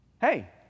Hey